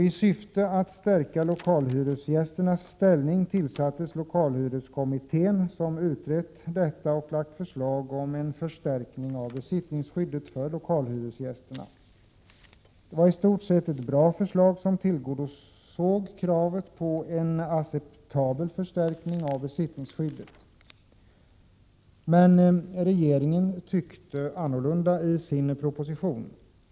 I syfte att stärka lokalhyresgästernas ställning tillsattes lokalhyreskommittén, som utrett detta och lagt fram förslag om en förstärkning av besittningsskyddet för lokalhyresgästerna. Det var i stort sett ett bra förslag som tillgodosåg kravet på en acceptabel förstärkning av besittningsskyddet. Men regeringen tyckte annorlunda i sin proposition.